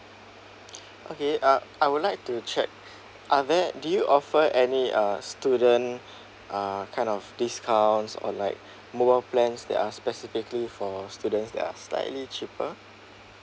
okay uh I would like to check are there do you offer any uh student uh kind of discounts or like mobile plans that are specifically for students that are slightly cheaper